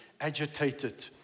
agitated